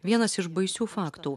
vienas iš baisių faktų